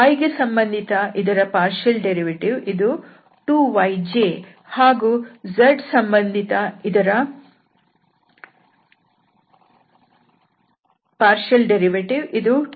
y ಸಂಬಂಧಿತ ಇದರ ಭಾಗಶಃ ವ್ಯುತ್ಪನ್ನ ಇದು 2yj ಹಾಗೂ z ಸಂಬಂಧಿತ ಇದರ ಭಾಗಶಃ ವ್ಯುತ್ಪನ್ನ ಇದು 2zk